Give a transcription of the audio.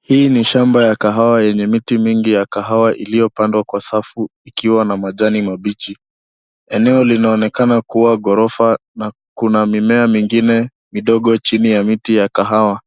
Hii ni shamba ya kahawa yenye miti mingi ya kahawa iliyopandwa kwa safu ikiwa na majani mabichi. Eneo linaonekana kuwa ghorofa na kuna mimea mingine midogo chini ya miti ya kahawa.